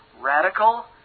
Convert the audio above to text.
radical